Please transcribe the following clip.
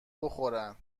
بخورن